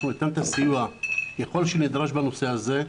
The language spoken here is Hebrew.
אנחנו ניתן את הסיוע ככל שנדרש בנושא הזה.